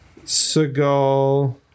Seagal